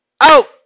Out